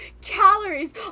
calories